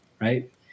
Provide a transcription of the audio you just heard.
right